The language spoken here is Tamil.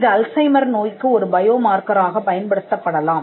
இது அல்சைமர் நோய்க்குAlzheimers disease ஒரு பயோ மார்க்கர் ஆகப் பயன்படுத்தப்படலாம்